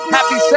Happy